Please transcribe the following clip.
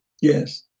Yes